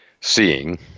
seeing